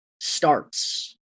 starts